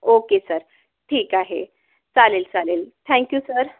okay sir ठीक आहे चालेल चालेल थँक यू सर